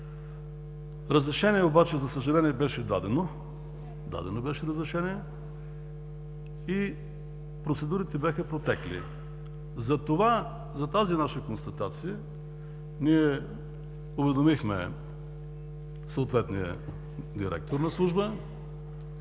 Разрешение обаче, за съжаление, беше дадено и процедурите бяха протекли. За тази наша констатация уведомихме съответния директор на служба.